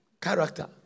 Character